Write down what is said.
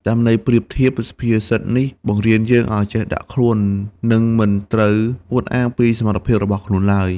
តាមន័យប្រៀបធៀប សុភាសិតនេះបង្រៀនយើងឱ្យចេះដាក់ខ្លួន និងមិនត្រូវអួតអាងពីសមត្ថភាពរបស់ខ្លួនឡើយ។